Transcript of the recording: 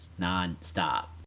nonstop